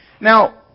Now